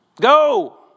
Go